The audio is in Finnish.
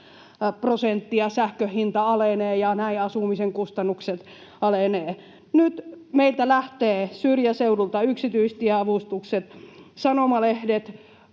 prosenttia ja näin asumisen kustannukset alenevat. Nyt meiltä lähtee syrjäseudulta yksityistieavustukset. Sanomalehdet,